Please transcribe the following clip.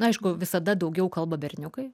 aišku visada daugiau kalba berniukai